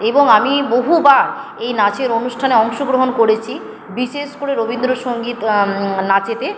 এবং আমি বহুবার এই নাচের অনুষ্ঠানে অংশগ্রহণ করেছি বিশেষ করে রবীন্দ্র সঙ্গীত নাচেতে